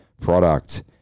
product